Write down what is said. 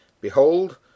Behold